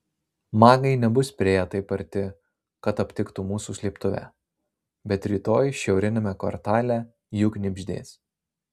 magai nebus priėję taip arti kad aptiktų mūsų slėptuvę bet rytoj šiauriniame kvartale jų knibždės